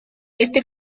este